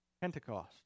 Pentecost